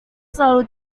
selalu